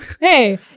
Hey